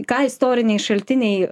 ką istoriniai šaltiniai